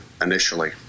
initially